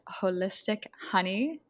HolisticHoney